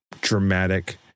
dramatic